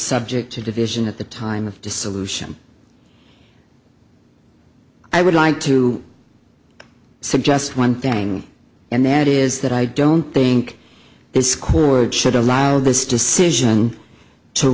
subject to division at the time of dissolution i would like to suggest one thing and that is that i don't think this chord should allow this decision to